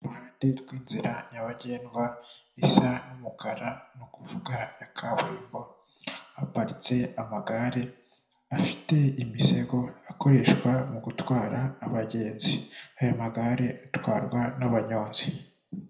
Iruhande rw'inzira nyabagendwa isa n'umukara ni ukuvuga kaburimbo haparitse amagare afite imisego akoreshwa mu gutwara abagenzi ayo magare atwarwa n'abanyonzi.